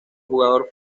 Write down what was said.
jugador